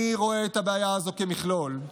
אני רואה את הבעיה הזו כמכלול.